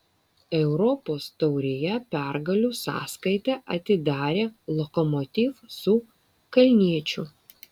europos taurėje pergalių sąskaitą atidarė lokomotiv su kalniečiu